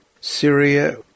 Syria